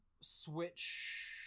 Switch